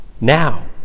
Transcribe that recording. Now